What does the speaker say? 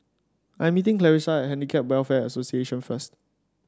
I am meeting Clarisa at Handicap Welfare Association first